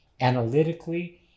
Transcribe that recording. analytically